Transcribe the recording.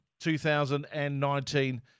2019